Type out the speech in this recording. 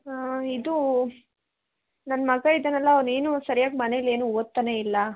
ಇದು ನನ್ನ ಮಗ ಇದ್ದಾನಲ್ಲ ಅವನೇನು ಸರ್ಯಾಗಿ ಮನೆಲೇನು ಓದ್ತಾನೆ ಇಲ್ಲ